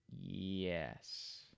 Yes